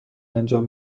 انجام